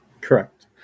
Correct